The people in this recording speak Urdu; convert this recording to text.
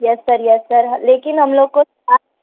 یس سر یس سر لیکن ہم لوگ کو